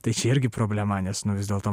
tai irgi problema nes nu vis dėlto